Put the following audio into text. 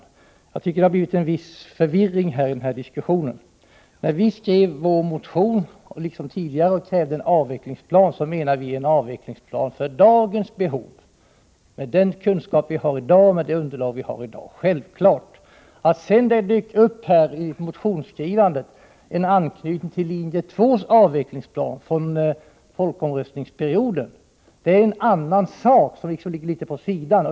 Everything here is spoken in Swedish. Jag tycker att det har blivit en viss förvirring i diskussionen. När vi skrev vår motion och liksom tidigare krävde en avvecklingsplan menade vi en avveckling för dagens behov. Med den kunskap och det underlag som vi har i dag är det självklart. Att det sedan vid motionsskrivandet dök upp en anknytning till linje 2:s avvecklingsplan från folkomröstningsperioden är en annan sak. Det ligger litet vid sidan av.